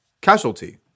casualty